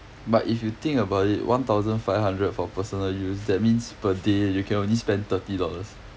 but if you think about it one thousand five hundred for personal use that means per day you can only spend thirty dollars